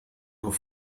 nur